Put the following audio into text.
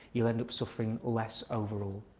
you'll end up suffering less over all.